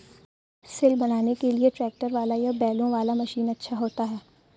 सिल बनाने के लिए ट्रैक्टर वाला या बैलों वाला मशीन अच्छा होता है?